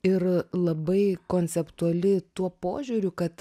ir labai konceptuali tuo požiūriu kad